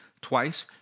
Twice